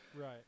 Right